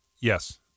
Yes